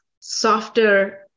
softer